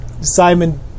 Simon